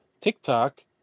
TikTok